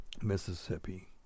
Mississippi